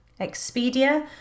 Expedia